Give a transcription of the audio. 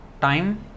time